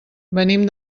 venim